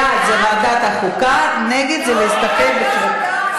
בעד זה ועדת החוקה, נגד זה להסתפק, לא, לא,